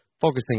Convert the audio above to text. focusing